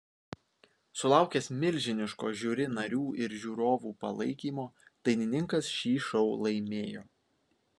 sulaukęs milžiniško žiuri narių ir žiūrovų palaikymo dainininkas šį šou laimėjo